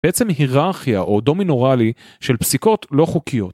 בעצם היררכיה או דומינו ראלי של פסיקות לא חוקיות.